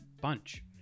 bunch